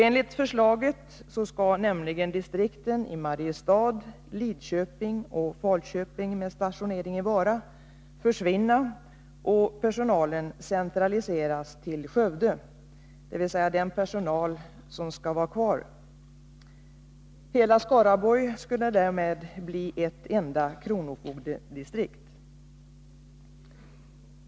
Enligt förslaget skall nämligen distrikten i Mariestad, Lidköping och Falköping med stationering i Vara försvinna och personalen centraliseras till Skövde, dvs. den personal som skall vara kvar. Hela Skaraborg skulle därmed bli ett enda kronofogdedistrikt.